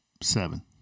Seven